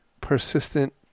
persistent